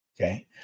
Okay